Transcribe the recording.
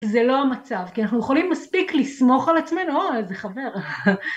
זה לא המצב, כי אנחנו יכולים מספיק לסמוך על עצמנו, אוי איזה חבר.